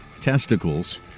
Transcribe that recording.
testicles